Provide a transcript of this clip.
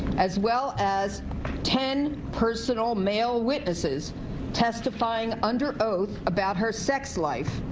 as well as ten personal mail witnesses testifying under oath about her sex life.